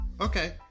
Okay